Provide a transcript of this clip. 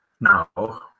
now